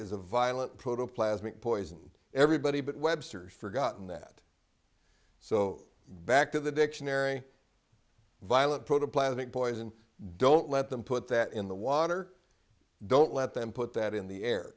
protoplasmic poison everybody but webster's forgotten that so back to the dictionary violent protoplasmic poison don't let them put that in the water don't let them put that in the air